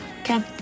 Okay